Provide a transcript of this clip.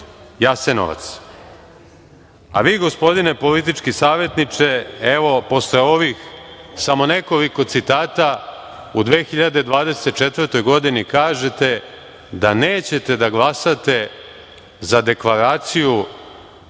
Jasenovac.“Vi, gospodine politički savetniče, evo posle ovih samo nekoliko citata u 2024. godini kažete da nećete da glasate za deklaraciju